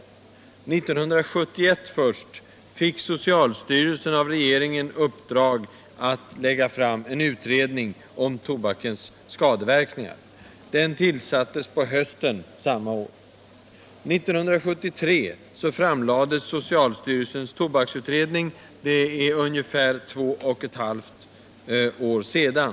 Först i mars 1971 fick socialstyrelsen av regeringen i uppdrag att lägga fram en utredning om tobakens skadeverkningar. Den tillsattes på hösten samma år. 1973 framlades socialstyrelsens tobaksutredning — för ungefär två och ett halvt år sedan.